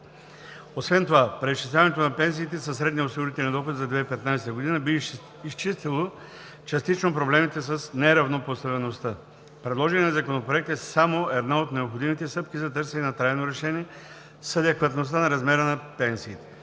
Освен това преизчисляването на пенсиите със средния осигурителен доход за 2015 г. би изчистило частично проблемите с неравнопоставеността. Предложеният законопроект е само една от необходимите стъпки за търсене на трайно решение с адекватността на размера на пенсиите.